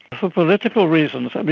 for political reasons,